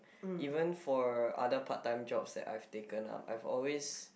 even for other part time jobs that I've taken I've always